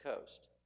Coast